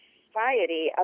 society